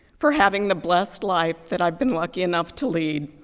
for having the blessed life that i've been lucky enough to lead.